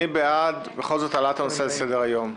מי בעד העלאת הנושא על סדר היום?